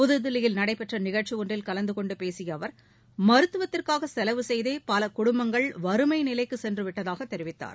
புத்தில்லியில் நடைபெற்ற நிஷழ்ச்சி ஒன்றில் கலந்து கொண்டு பேசிய அவர் மருத்துவத்திற்காக செலவு செய்தே பல குடும்பங்கள் வறுமை நிலைக்கு சென்று விட்டதாக தெரிவித்தார்